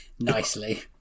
nicely